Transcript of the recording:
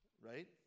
right